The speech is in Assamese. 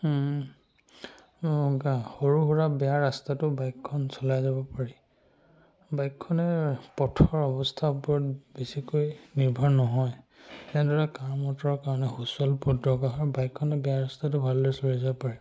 সৰু সুৰা বেয়া ৰাস্তাতো বাইকখন চলাই যাব পাৰি বাইকখনে পথৰ অৱস্থাৰ ওপৰত বেছিকৈ নিৰ্ভৰ নহয় তেনেদৰে কামতৰ কাৰণে সুচল পথ দৰকাৰ হয় বাইকখনে বেয়া ৰাস্তাতো ভালদৰে চলাই যাব পাৰে